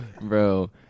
bro